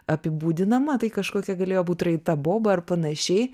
apibūdinama tai kažkokia galėjo būt raita boba ar panašiai